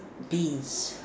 beans